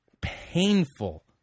painful